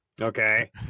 Okay